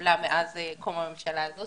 שהתקבלה מאז קום הממשלה הזו,